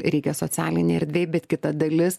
reikia socialinėj erdvėj bet kita dalis